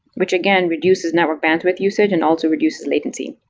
which again reduces network bandwidth usage and also reduces latency.